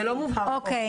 זה לא מובהר פה.